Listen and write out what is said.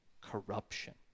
corruption